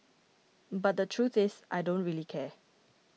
but the truth is I don't really care